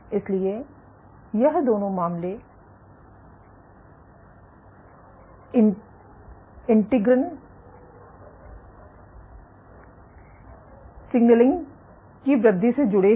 इसलिए यह दोनों मामले इंटीग्रिन सिग्नलिंग की वृद्धि से जुड़े हुये हैं